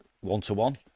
one-to-one